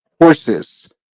horses